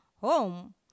home